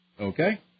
Okay